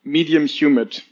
Medium-humid